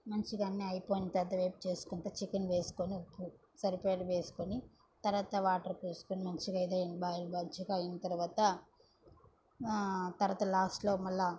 మంచిగా అన్ని అయిపోయిం తరువాత వేపు చేసుకున్నాక చికెన్ వేసుకొని ఉప్పు సరిపడా వేసుకొని తరువాత వాటర్ పోసుకొని మంచిగా ఇది అయిన బాయిల్ మంచిగా అయిన తరువాత తరువాత లాస్ట్లో మళ్ళీ